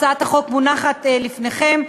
הצעת החוק מונחת לפניכם.